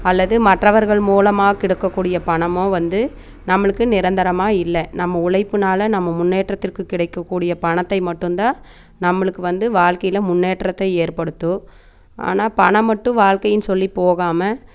அல்லது மற்றவர்கள் மூலமாக கிடைக்கக்கூடிய பணமோ வந்து நம்மளுக்கு நிரந்தரமாக இல்லை நம்ம உழைப்பினால நம்ம முன்னேற்றத்திற்கு கிடைக்கக்கூடிய பணத்தை மட்டுந்தான் நம்மளுக்கு வந்து வாழ்க்கையில் முன்னேற்றத்தை ஏற்படுத்தும் ஆனால் பணம் மட்டும் வாழ்க்கைன் சொல்லி போகாமல்